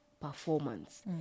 performance